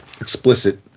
explicit